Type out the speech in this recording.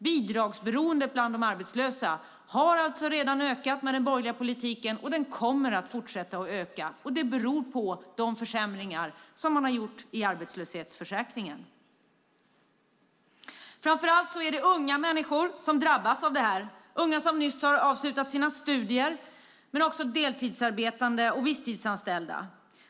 Bidragsberoendet bland de arbetslösa har alltså redan ökat med den borgerliga politiken, och det kommer att fortsätta att öka. Det beror på de försämringar som man har gjort i arbetslöshetsförsäkringen. Det är framför allt unga människor som drabbas av det här. Det handlar om unga människor som nyss har avslutat sina studier, men det gäller också deltidsarbetande och visstidsanställda.